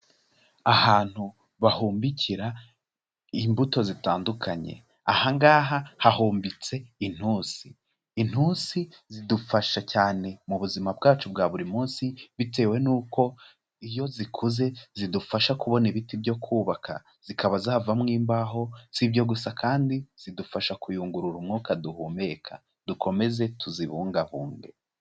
Ahantu bahumbikira imbuto zitandukanye, aha ngaha hahumbitse intusi. Intusi zidufasha cyane mu buzima bwacu bwa buri munsi bitewe n'uko iyo zikuze zidufasha kubona ibiti byo kubaka, zikaba zavamo imbaho si ibyo gusa kandi zidufasha kuyungurura umwuka duhumeka dukomeze tuzibungahunge.